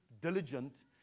diligent